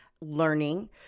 learning